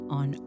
on